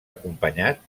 acompanyat